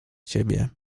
ciebie